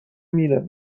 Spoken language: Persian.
میرم